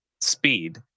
speed